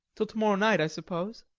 till to-morrow night, i suppose?